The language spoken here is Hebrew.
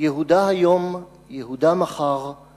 "יהודה היום יהודה מחר /